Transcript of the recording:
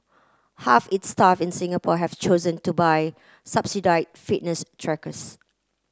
half its staff in Singapore have chosen to buy subsidise fitness trackers